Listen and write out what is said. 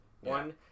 one